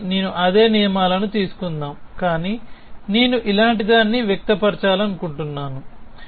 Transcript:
కాబట్టి నేను అదే నియమాలను తీసుకుందాం కానీ నేను ఇలాంటిదాన్ని వ్యక్తపరచాలనుకుంటున్నాను